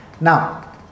now